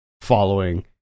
following